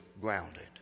grounded